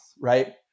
right